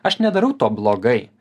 aš nedarau to blogai